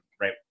right